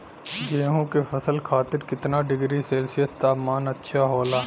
गेहूँ के फसल खातीर कितना डिग्री सेल्सीयस तापमान अच्छा होला?